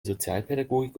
sozialpädagogik